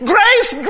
Grace